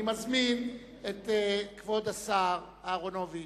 אני מזמין את כבוד השר יצחק אהרונוביץ,